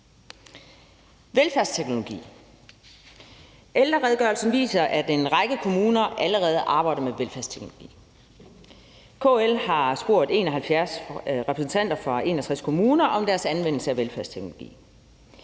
velfærdsteknologi viser ældreredegørelsen, at en række kommuner allerede arbejder med velfærdsteknologi. KL har spurgt 71 repræsentanter fra 61 kommuner om deres anvendelse af velfærdsteknologi.